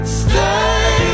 stay